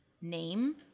name